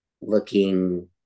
looking